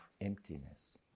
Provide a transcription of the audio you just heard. emptiness